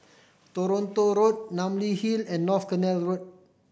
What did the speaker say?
Toronto Road Namly Hill and North Canal Road